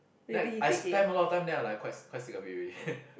like I spam a lot time then I like quite si~ quite sick of it already